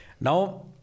Now